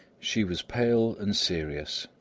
she was pale and serious,